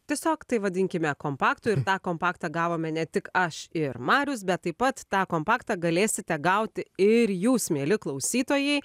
tiesiog tai vadinkime kompaktu ir tą kompaktą gavome ne tik aš ir marius bet taip pat tą kompaktą galėsite gauti ir jūs mieli klausytojai